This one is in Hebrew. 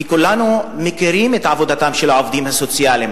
וכולנו מכירים את עבודתם של העובדים הסוציאליים,